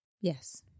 Yes